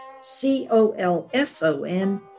C-O-L-S-O-N